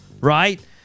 right